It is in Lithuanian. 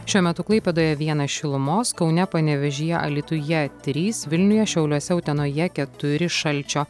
šiuo metu klaipėdoje vienas šilumos kaune panevėžyje alytuje trys vilniuje šiauliuose utenoje keturi šalčio